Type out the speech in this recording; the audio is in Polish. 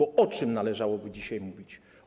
O czym należałoby dzisiaj mówić?